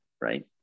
right